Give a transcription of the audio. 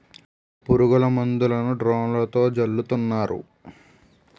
పురుగుల మందులను డ్రోన్లతో జల్లుతున్నారు